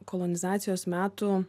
kolonizacijos metų